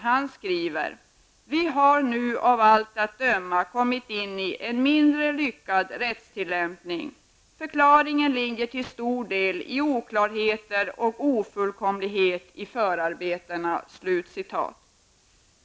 Han skriver: Vi har nu av allt att döma kommit in i en mindre lyckad rättstillämpning. Förklaringen ligger till stor del i oklarheter och ofullkomlighet i förarbetena.